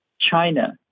China